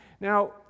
Now